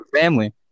family